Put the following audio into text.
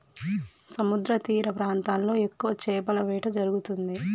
సముద్రతీర ప్రాంతాల్లో ఎక్కువ చేపల వేట జరుగుతుంది